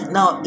Now